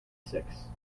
six